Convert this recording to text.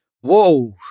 Whoa